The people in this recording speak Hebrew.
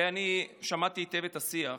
ואני שמעתי היטב את השיח,